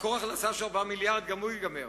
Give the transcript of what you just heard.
מקור הכנסה של 4 מיליארדים גם הוא ייגמר.